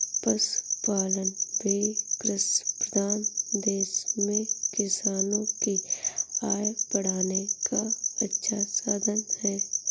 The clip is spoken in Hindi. पशुपालन भी कृषिप्रधान देश में किसानों की आय बढ़ाने का अच्छा साधन है